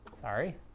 Sorry